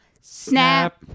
snap